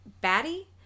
Batty